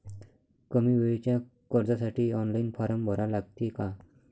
कमी वेळेच्या कर्जासाठी ऑनलाईन फारम भरा लागते का?